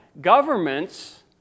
governments